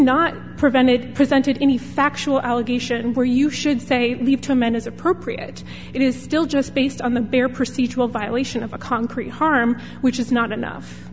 not prevented presented any factual allegation or you should say tremendous appropriate it is still just based on the bare procedural violation of a concrete harm which is not enough